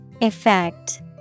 Effect